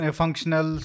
functional